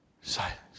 Silence